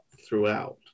throughout